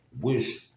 wish